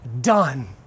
done